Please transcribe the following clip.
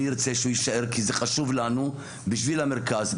אני ארצה שהוא יישאר כי זה חשוב לנו בשביל המרכז,